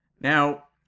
Now